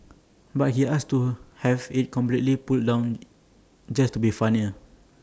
but he asked to have IT completely pulled down just to be funnier